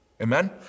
Amen